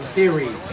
Theory